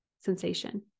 sensation